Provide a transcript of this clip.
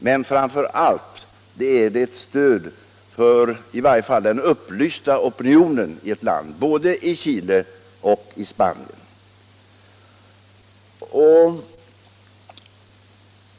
Men framför allt: Det är ett stöd för i varje fall den upplysta opinionen i ett land — det gäller både Chile och Spanien.